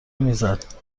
میزد